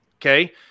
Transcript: Okay